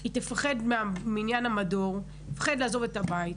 היא תפחד מעניין המדור ותפחד לעזוב את הבית.